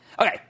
Okay